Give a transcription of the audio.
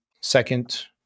second